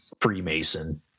Freemason